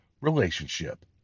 relationship